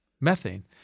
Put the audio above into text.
Methane